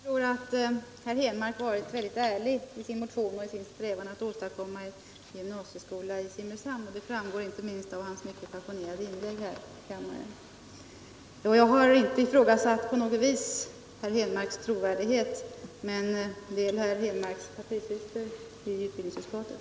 Herr talman! Herr Henmark har varit väldigt ärlig i sin motion och i sin strävan att åstadkomma en gymnasieskola i Simrishamn. Det framgår inte minst av hans mycket passionerade inlägg här i kammaren. Jag har inte på något sätt ifrågasatt herr Henmarks trovärdighet men väl herr Henmarks partisysters i utbildningsutskottet.